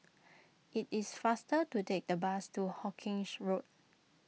it is faster to take the bus to Hawkinge Road